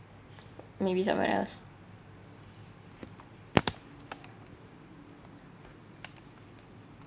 maybe somewhere else